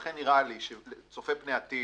לכן נראה לי, צופה פני העתיד,